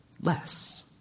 less